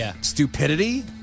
stupidity